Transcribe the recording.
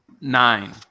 Nine